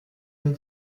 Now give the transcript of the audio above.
dem